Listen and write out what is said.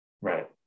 Right